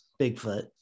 Bigfoot